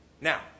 Now